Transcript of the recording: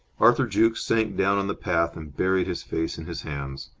arthur jukes sank down on the path and buried his face in his hands.